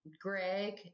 Greg